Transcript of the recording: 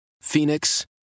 Phoenix